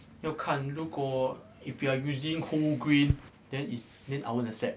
要看如果 if you are using whole grain then it~ then I'll accept